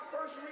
first